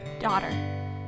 Daughter